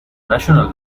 national